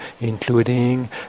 including